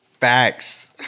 Facts